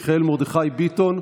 מיכאל מרדכי ביטון,